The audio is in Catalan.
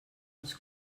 els